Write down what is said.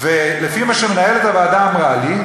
לפי מה שמנהלת הוועדה אמרה לי,